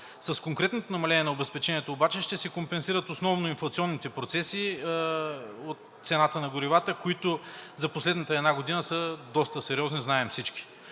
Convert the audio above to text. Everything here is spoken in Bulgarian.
С конкретното намаление на обезпечението обаче ще се компенсират основно инфлационните процеси от цената на горивата, които за последната една година са доста сериозни – знаем всички.